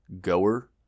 goer